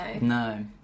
No